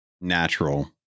natural